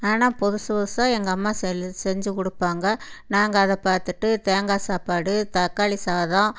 ஆனால் புதுசு புதுசாக எங்கள் அம்மா செஞ்சு கொடுப்பாங்க நாங்கள் அதை பார்த்துட்டு தேங்காய் சாப்பாடு தக்காளி சாதம்